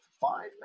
five